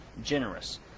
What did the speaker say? generous